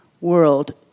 world